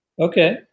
Okay